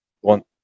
one